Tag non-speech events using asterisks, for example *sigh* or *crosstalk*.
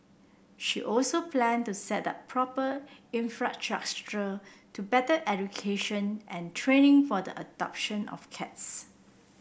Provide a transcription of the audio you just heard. she also planed to set up proper *unintelligible* to better education and training for the adoption of cats